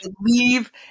leave